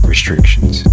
Restrictions